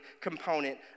component